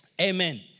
amen